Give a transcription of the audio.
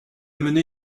mené